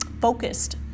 focused